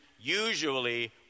usually